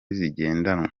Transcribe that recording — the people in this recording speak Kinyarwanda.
zigendanwa